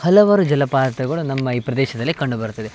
ಹಲವಾರು ಜಲಪಾತಗಳು ನಮ್ಮ ಈ ಪ್ರದೇಶದಲ್ಲಿ ಕಂಡು ಬರುತ್ತದೆ